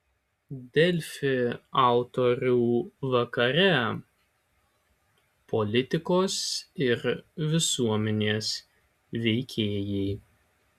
delfi autorių vakare politikos ir visuomenės veikėjai